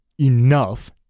enough